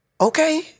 Okay